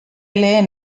lehen